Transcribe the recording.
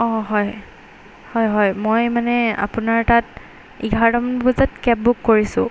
অঁ হয় হয় মই মানে আপোনাৰ তাত এঘাৰটামান বজাত কেব বুক কৰিছোঁ